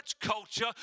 culture